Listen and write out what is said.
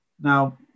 now